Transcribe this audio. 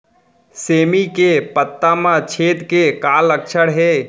सेमी के पत्ता म छेद के का लक्षण हे?